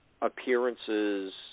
appearances